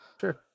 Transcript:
Sure